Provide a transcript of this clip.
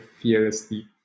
fearlessly